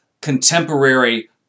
contemporary